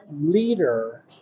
leader